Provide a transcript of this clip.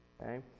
okay